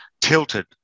tilted